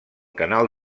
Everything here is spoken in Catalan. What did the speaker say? canal